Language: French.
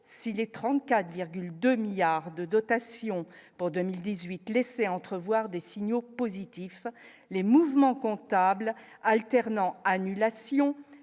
si les 34,2 milliards de dotations pour 2018 laissé entrevoir des signaux positifs les mouvements comptables alternant annulation